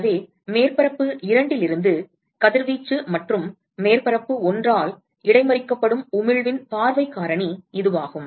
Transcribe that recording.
எனவே மேற்பரப்பு இரண்டிலிருந்து கதிர்வீச்சு மற்றும் மேற்பரப்பு ஒன்றால் இடைமறிக்கப்படும் உமிழ்வின் பார்வைக் காரணி இதுவாகும்